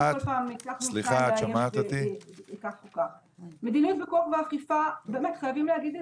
לגבי מדיניות פיקוח ואכיפה חייבים להגיד את